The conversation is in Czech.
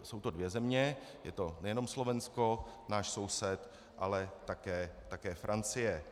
Jsou to dvě země, je to nejenom Slovensko, náš soused, ale také Francie.